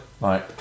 Right